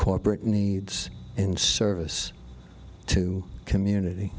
corporate needs and service to community